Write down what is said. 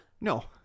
No